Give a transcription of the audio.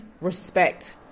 respect